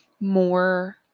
more